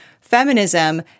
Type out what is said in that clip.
feminism